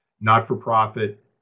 Not-for-profit